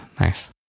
nice